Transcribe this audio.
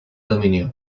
dominio